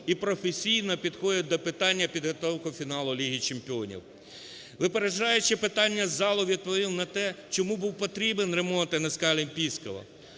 і професійно підходять до питання підготовки фіналу Ліги чемпіонів. Випереджаючи питання з залу, відповім на те, чому був потрібен ремонт НСК "Олімпійського"?